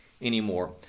anymore